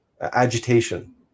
agitation